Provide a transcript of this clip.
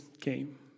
came